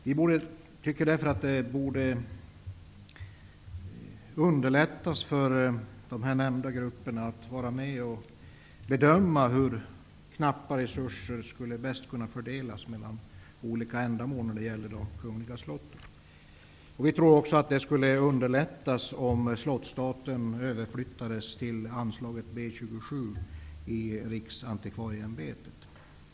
Vi tycker därför att man borde underlätta för nämnda grupper att vara med och bedöma hur knappa resurser bäst kan fördelas för olika ändamål när det gäller de kungliga slotten. Vidare tror vi att det skulle vara lättare om slottsstaten överflyttades till anslaget B 27 Riksantikvarieämbetet.